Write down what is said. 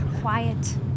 Quiet